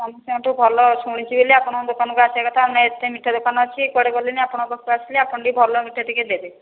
ମୁଁ ସମସ୍ତଙ୍କଠୁ ଭଲ ଶୁଣିଛି ବୋଲି ଆପଣଙ୍କ ଦୋକାନକୁ ଆସିବା କଥା ଆମେ ଏତେ ମିଠା ଦୋକାନ ଅଛି କୁଆଡ଼େ ଗଲିନି ଆପଣଙ୍କ ପାଖକୁ ଆସିଲି ଆପଣ ଟିକେ ଭଲ ମିଠା ଟିକେ ଦେବେ